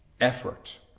effort